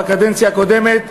בקדנציה הקודמת.